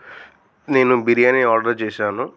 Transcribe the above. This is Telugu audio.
నేను బిర్యానీ ఆర్డర్ చేసాను